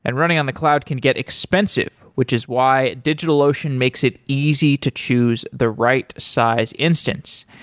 and running on the cloud can get expensive, which is why digitalocean makes it easy to choose the right size instance.